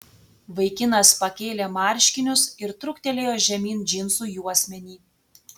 vaikinas pakėlė marškinius ir truktelėjo žemyn džinsų juosmenį